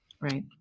right